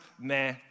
nah